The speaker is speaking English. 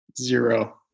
Zero